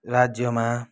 राज्यमा